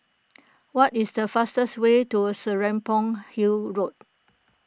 what is the fastest way to Serapong Hill Road